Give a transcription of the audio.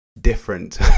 different